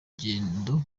rugendo